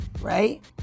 right